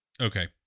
Okay